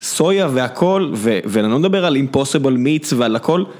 סויה והכל, ואני לא מדבר על אימפוסיבול מיץ ועל הכל.